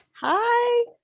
Hi